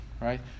right